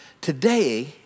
Today